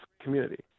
community